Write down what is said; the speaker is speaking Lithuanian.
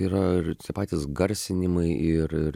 yra ir patys garsinimai ir ir